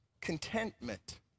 contentment